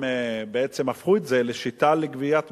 בעצם הפכו את זה לשיטה לגביית מסים.